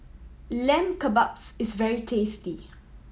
Lamb Kebabs is very tasty